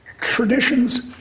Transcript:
traditions